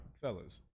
fellas